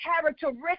characteristic